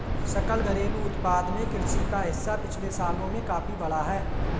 सकल घरेलू उत्पाद में कृषि का हिस्सा पिछले सालों में काफी बढ़ा है